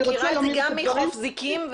זה גם חוף זיקים.